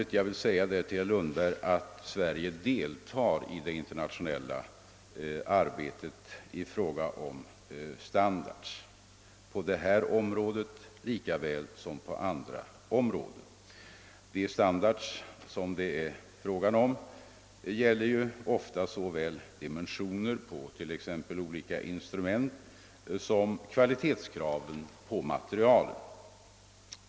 Det är helt naturligt, herr Lundberg, att Sverige deltar i det internationella arbetet beträffande standards på detta område lika väl som på andra områden. De standards som det är fråga om gäller t.ex. dimensionerna på olika instrument och kvalitetskraven på materialen.